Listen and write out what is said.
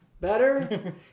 Better